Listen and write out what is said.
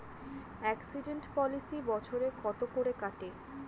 Accident policy বছরে কত করে কাটে?